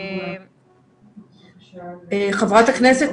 חברת הכנסת,